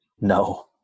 no